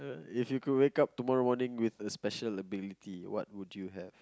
if you could wake up tomorrow morning with a special ability what would you have